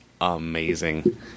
amazing